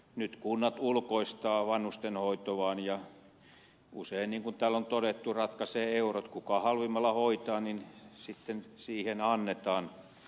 nyt kunnat ulkoistavat vanhustenhoitoaan ja usein niin kuin täällä on todettu ratkaisevat eurot kuka halvimmalla hoitaa sille annetaan